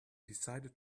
decided